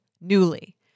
Newly